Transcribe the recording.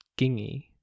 gingy